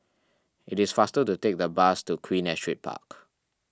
it is faster to take the bus to Queen Astrid Park